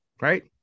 right